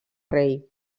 rei